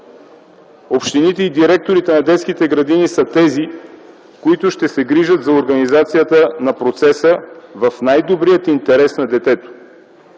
Общините и директорите на детските градини са тези, които ще се грижат за организацията на процеса в най-добрия интерес на детето.